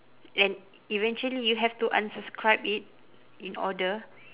and eventually you have to unsubscribe it in order